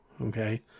Okay